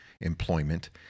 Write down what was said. employment